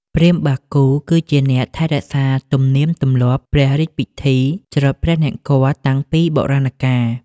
ព្រាហ្មណ៍បាគូ គឺជាអ្នកថែរក្សាទំនៀមទម្លាប់ព្រះរាជពិធីច្រត់ព្រះនង្គ័លតាំងពីបុរាណកាល។